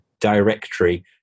directory